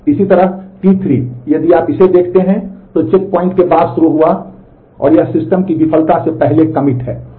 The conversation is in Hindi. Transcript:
इसी तरह T3 यदि आप इसे देखते हैं तो चेकपॉइंट के बाद शुरू हुआ और यह सिस्टम की विफलता से पहले कमिट है